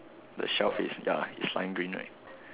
the shelf is ya is lime green right